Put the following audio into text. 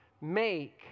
make